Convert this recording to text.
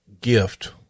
gift